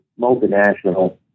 multinational